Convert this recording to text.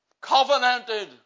covenanted